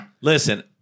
Listen